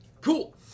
cool